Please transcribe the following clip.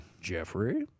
Jeffrey